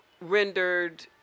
rendered